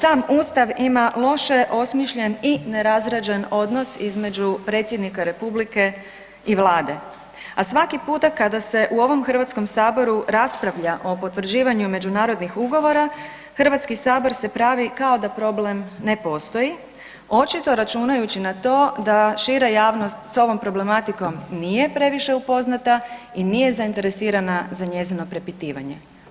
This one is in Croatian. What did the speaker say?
Sam Ustav ima loše osmišljen i nerazrađen odnos između predsjednika Republike i Vlade, a svaki puta kada se u ovom Hrvatskom saboru raspravlja o potvrđivanju međunarodnih ugovora, Hrvatski sabor se pravi kao da problem ne postoji očito računajući na to da šira javnost s ovom problematikom nije previše upoznata i nije zainteresirana za njezino prepitivanje.